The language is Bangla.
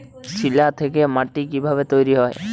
শিলা থেকে মাটি কিভাবে তৈরী হয়?